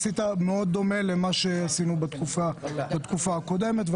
כי עשית דומה מאוד למה שעשינו בתקופה הקודמת.